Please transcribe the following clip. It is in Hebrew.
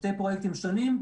שני פרויקטים שונים,